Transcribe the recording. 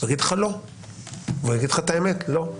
הוא יגיד לך, לא, והוא יגיד לך את האמת, לא.